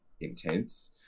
intense